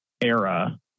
era